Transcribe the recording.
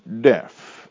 death